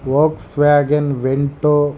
Volkswagen vento